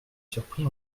surpris